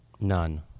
None